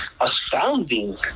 astounding